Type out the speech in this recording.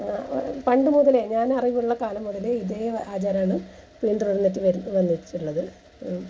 പണ്ടു മുതലേ ഞാൻ അറിവുള്ള കാലം മുതലേ ഇതേ ആചാരമാണ് പിന്തുടർന്നിട്ടു വരുന്ന വന്നിട്ടുള്ളത്